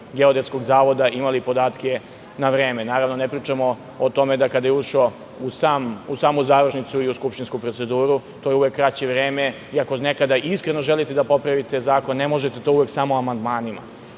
Geodetskog zavoda. Naravno, ne pričamo o tome da kada je zakon ušao u samu završnicu i u skupštinsku proceduru, to je uvek kraće vreme i ako nekada iskreno želite da popravite zakon, ne možete to uvek samo amandmanima.